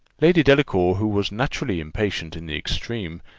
lady delacour, who was naturally impatient in the extreme,